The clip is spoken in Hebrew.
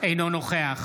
אינו נוכח